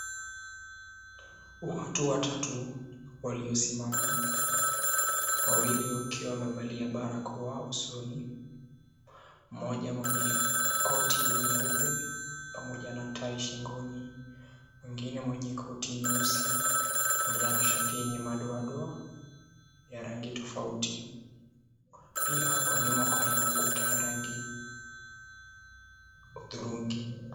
Watu watatu waliosimama wawili wakiwa wamevalia barakoa usoni, mmoja mwenye koti nyeupe pamoja na tai shingoni, mwingine mwenye koti nyeusi pamoja na shati yenye madoa doa ya rangi tofauti. Pia kwa nyuma kunayo ukuta ya rangi hudhurungi.